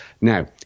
Now